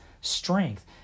strength